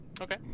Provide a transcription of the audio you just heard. Okay